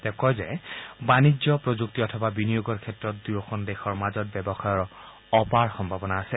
তেওঁ কয় যে বাণিজ্য প্ৰযুক্তি অথবা বিনিয়োগৰ ক্ষেত্ৰত দুয়ো দেশৰ মাজত ব্যৱসায়ৰ অপাৰ সম্ভাৱনা আছে